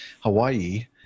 Hawaii